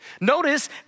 Notice